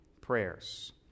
prayers